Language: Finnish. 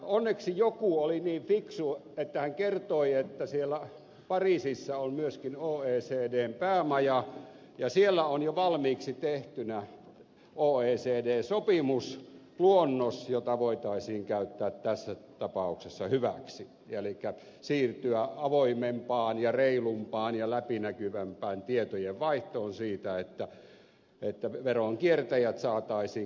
onneksi joku oli niin fiksu että hän kertoi että siellä pariisissa on myöskin oecdn päämaja ja siellä on jo valmiiksi tehtynä oecd sopimusluonnos jota voitaisiin käyttää tässä tapauksessa hyväksi elikkä voitaisiin siirtyä avoimempaan reilumpaan ja läpinäkyvämpään tietojenvaihtoon siitä että veronkiertäjät saataisiin globaalisti kuriin